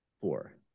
four